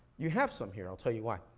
you have some here, i'll tell you why.